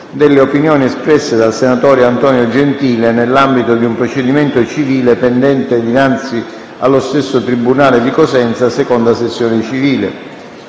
delle opinioni espresse dal senatore Antonio Gentile, nell'ambito di un procedimento civile pendente dinanzi allo stesso tribunale di Cosenza - seconda sezione civile